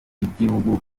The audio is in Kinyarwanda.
w’igihugu